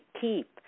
keep